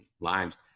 limes